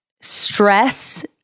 Stress